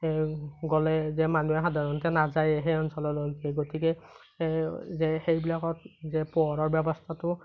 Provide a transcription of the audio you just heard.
গ'লে যে মানুহে সাধাৰণতে নাযায়ে সেই অঞ্চললৈকে গতিকে সেই সেইবিলাকত যে পোহৰৰ ব্যৱস্থাটো